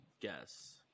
guess